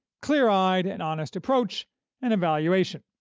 clear-eyed, and honest approach and evaluation.